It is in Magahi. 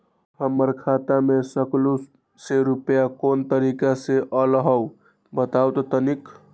हमर खाता में सकलू से रूपया कोन तारीक के अलऊह बताहु त तनिक?